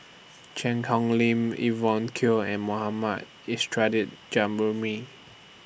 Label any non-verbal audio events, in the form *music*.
Cheang Hong Lim Evon Kow and Mohammad *unintelligible*